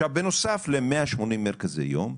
עכשיו בנוסף ל- 180 מרכזי יום,